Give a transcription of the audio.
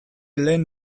lehen